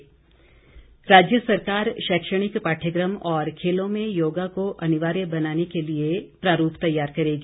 सुरेश भारद्वाज राज्य सरकार शैक्षणिक पाठ्यक्रम और खेलों में योग को अनिवार्य बनाने के लिए प्रारूप तैयार करेगी